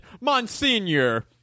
Monsignor